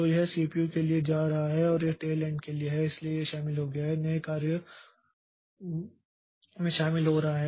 तो यह सीपीयू के लिए जा रहा है और यह टेल एंड के लिए है इसलिए यह शामिल हो गया है नए कार्य में शामिल हो रहा है